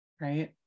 right